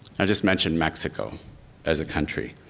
i just mentioned mexico as a country.